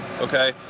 okay